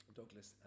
douglas